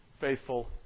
faithful